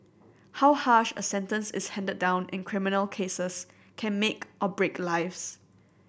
how harsh a sentence is handed down in criminal cases can make or break lives